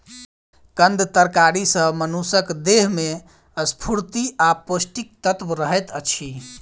कंद तरकारी सॅ मनुषक देह में स्फूर्ति आ पौष्टिक तत्व रहैत अछि